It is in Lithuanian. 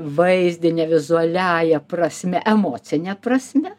vaizdine vizualiąja prasme emocine prasme